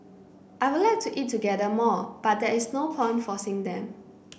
I would like to eat together more but there is no point forcing them